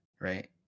right